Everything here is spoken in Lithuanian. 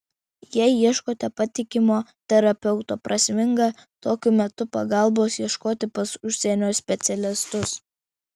jei ieškote patikimo terapeuto prasminga tokiu metu pagalbos ieškoti pas užsienio specialistus